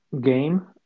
game